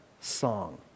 song